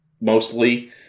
mostly